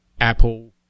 Apple